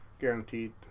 guaranteed